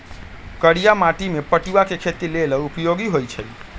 करिया माटि में पटूआ के खेती लेल उपयोगी होइ छइ